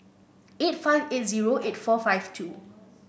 eight five eight zero eight four five two